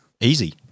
easy